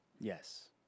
Yes